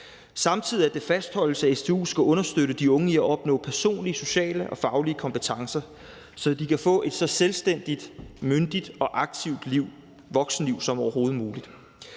samtidig med at det fastholdes, at stu skal understøtte de unge i at opnå personlige, sociale og faglige kompetencer, så de kan få et så selvstændigt, myndigt og aktivt voksenliv som overhovedet muligt.